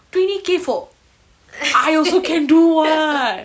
twenty K for I also can do what